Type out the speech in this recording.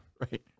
Right